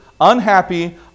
unhappy